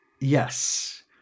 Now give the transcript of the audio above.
Yes